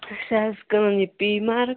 أسۍ حظ کٕنان یہِ پی مارٕک